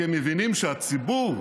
כי הם מבינים שהציבור,